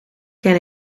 ken